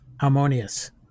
harmonious